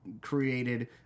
created